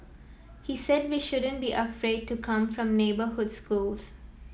he said we shouldn't be afraid to come from neighbourhood schools